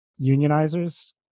unionizers